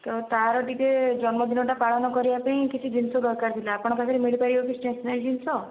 ତ ତା'ର ଟିକେ ଜନ୍ମଦିନଟା ପାଳନ କରିବା ପାଇଁ କିଛି ଜିନିଷ ଦରକାର ଥିଲା ଆପଣଙ୍କ ପାଖରେ ମିଳିପାରିବ କି ଷ୍ଟେସନାରୀ ଜିନିଷ